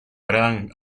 gran